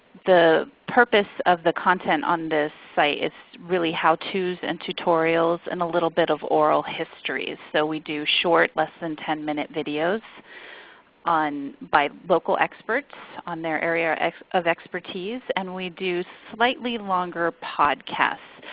the purpose of the content on this site is really how tos and tutorials and a little bit of oral histories. so we do short, less than ten minute videos by local experts on their area of expertise and we do slightly longer podcasts.